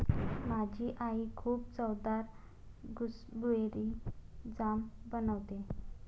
माझी आई खूप चवदार गुसबेरी जाम बनवते